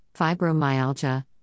fibromyalgia